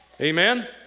amen